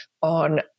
on